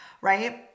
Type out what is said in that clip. right